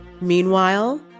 Meanwhile